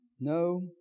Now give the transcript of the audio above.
No